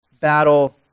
battle